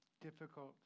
difficult